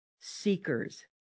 seekers